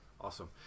Awesome